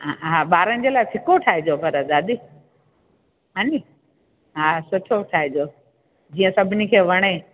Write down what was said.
हा हा ॿारनि जे लाइ फिको ठाहिजो पर दादी हा नी हा सुठो ठाहिजो जीअं सभिनी खे वणे